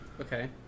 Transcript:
Okay